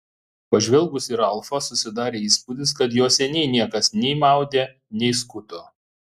pažvelgus į ralfą susidarė įspūdis kad jo seniai niekas nei maudė nei skuto